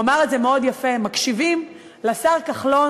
הוא אמר את זה מאוד יפה: מקשיבים לשר כחלון,